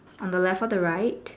on the left or the right